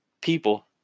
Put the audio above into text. people